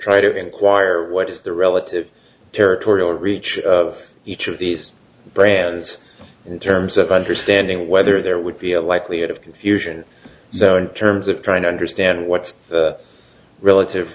try to inquire what is the relative territorial reach of each of these brands in terms of understanding whether there would be a likelihood of confusion so in terms of trying to understand what's relative